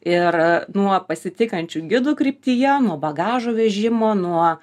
ir nuo pasitinkančių gidų kryptyje nuo bagažo vežimo nuo